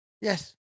Yes